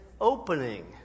opening